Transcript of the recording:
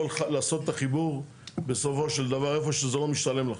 לעשות את החיבור בסופו של דבר איפה שזה לא משתלם לכם.